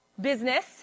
business